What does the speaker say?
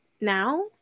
now